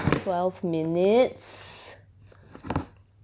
I think around twelve minutes